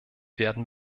werden